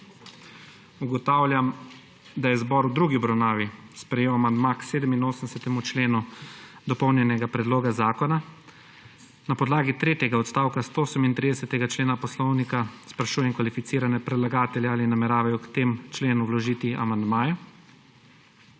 Ugotavljam, da je zbor v drugi obravnavi sprejel amandma k 87. členu dopolnjenega predloga zakona. Na podlagi tretjega odstavka 138. člena poslovnika sprašujem kvalificirane predlagatelje, ali nameravajo k temu členu vložiti amandmaje.